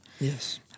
Yes